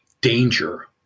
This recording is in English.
danger